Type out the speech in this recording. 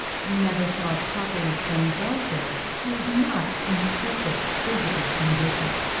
you never saw a properly trained dancer who was not in perfect physical condition.